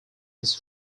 his